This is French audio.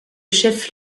chef